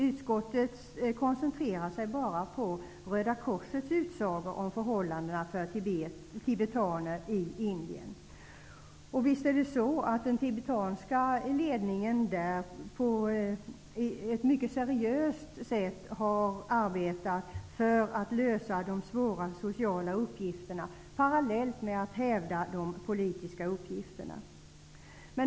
Utskottet koncentrerar sig bara på Röda korsets utsaga om förhållandena för tibetaner i Indien. Visst är det så att den tibetanska ledningen där på ett mycket seriöst sätt har arbetat för att lösa de svåra sociala uppgifterna, parallellt med att hävda de politiska uppgifterna.